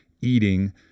eating